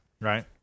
Right